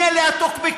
מי אלה הטוקבקיסטים.